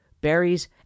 berries